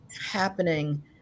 happening